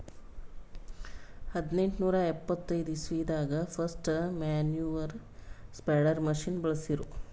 ಹದ್ನೆಂಟನೂರಾ ಎಪ್ಪತೈದ್ ಇಸ್ವಿದಾಗ್ ಫಸ್ಟ್ ಮ್ಯಾನ್ಯೂರ್ ಸ್ಪ್ರೆಡರ್ ಮಷಿನ್ ಬಳ್ಸಿರು